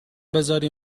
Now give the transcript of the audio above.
بزاری